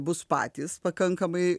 bus patys pakankamai